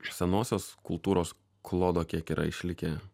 senosios kultūros klodo kiek yra išlikę